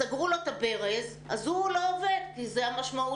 סגרו לו את הברז אז הוא לא עובד כי זה המשמעות